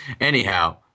Anyhow